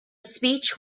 speech